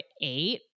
eight